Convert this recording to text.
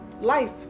life